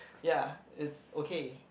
ya it's okay